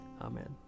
Amen